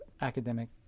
academic